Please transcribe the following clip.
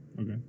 Okay